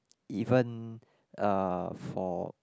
even uh for